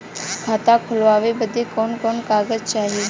खाता खोलवावे बादे कवन कवन कागज चाही?